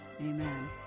Amen